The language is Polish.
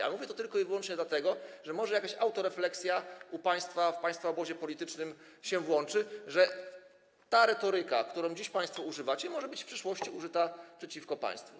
A mówię to tylko i wyłącznie dlatego, że może jakaś autorefleksja w państwa obozie politycznym się włączy, że ta retoryka, której dziś państwo używacie, może być w przyszłości użyta przeciwko państwu.